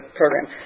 program